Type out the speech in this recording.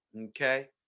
Okay